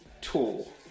tool